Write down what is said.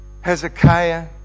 Hezekiah